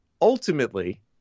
Ultimately